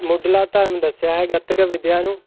ਮੁਢਲਾ ਧਰਮ ਦੱਸਿਆ ਹੈ ਗੱਤਕਾ ਵਿਦਿਆ ਨੂੰ